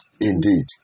Indeed